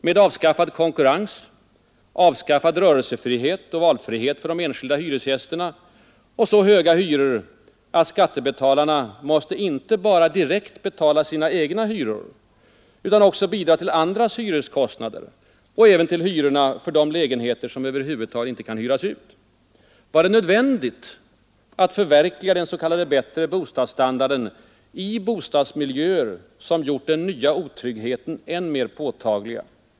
Med avskaffad konkurrens, avskaffad rörelsefrihet och valfrihet för de enskilda hyresgästerna och så höga hyror, att skattebetalarna måste inte bara direkt betala sina egna hyror utan också bidra till andras hyreskostnader och även till hyrorna för de lägenheter som inte kan hyras ut. Var det nödvändigt att förverkliga den s.k. bättre bostadsstandarden i bostadsmiljöer, som gjort den nya otryggheten än mer påtaglig?